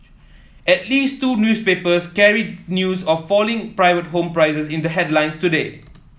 at least two newspapers carried news of falling private home prices in their headlines today